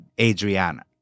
adriana